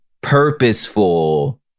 purposeful